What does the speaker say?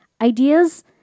Ideas